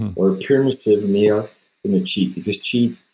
or a permissive meal than a cheat, because cheat